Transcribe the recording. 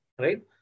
Right